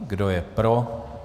Kdo je pro?